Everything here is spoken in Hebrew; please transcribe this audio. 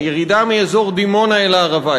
הירידה מאזור דימונה אל הערבה,